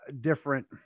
different